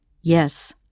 Yes